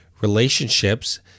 relationships